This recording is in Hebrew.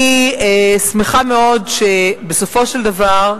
אני שמחה מאוד שבסופו של דבר,